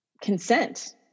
consent